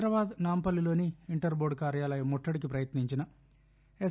హైదరాబాదు నాంపల్లిలోని inter board కార్యాలయం ముట్టడికి ప్రయత్ని ంచిన ఎస్